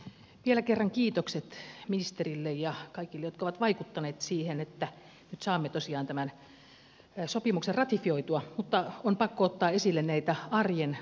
vielä kerran kiitokset ministerille ja kaikille jotka ovat vaikuttaneet siihen että nyt saamme tosiaan tämän sopimuksen ratifioitua mutta on pakko ottaa esille näitä arjen pulmia